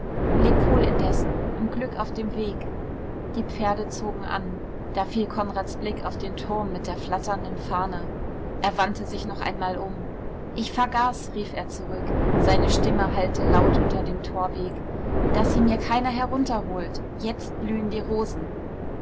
leb wohl indessen und glück auf den weg die pferde zogen an da fiel konrads blick auf den turm mit der flatternden fahne er wandte sich noch einmal um ich vergaß rief er zurück seine stimme hallte laut unter dem torweg daß sie mir keiner herunterholt jetzt blühen die rosen